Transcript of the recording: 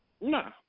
Nah